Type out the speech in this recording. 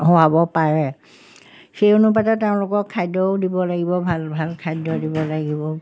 হোৱাব পাৰে সেই অনুপাতে তেওঁলোকক খাদ্যও দিব লাগিব ভাল ভাল খাদ্য দিব লাগিব